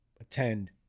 attend